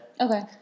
Okay